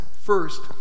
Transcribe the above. First